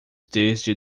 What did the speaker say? desde